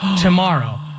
tomorrow